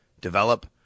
develop